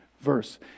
verse